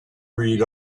read